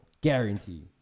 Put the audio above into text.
guarantee